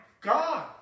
God